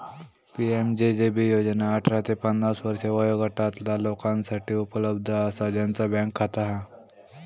PMJJB योजना अठरा ते पन्नास वर्षे वयोगटातला लोकांसाठी उपलब्ध असा ज्यांचा बँक खाता हा